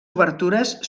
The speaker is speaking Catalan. obertures